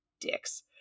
dicks